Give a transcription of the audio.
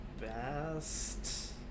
best